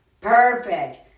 perfect